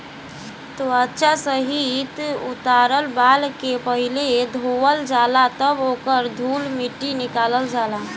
त्वचा सहित उतारल बाल के पहिले धोवल जाला तब ओकर धूल माटी निकालल जाला